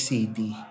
City